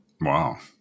Wow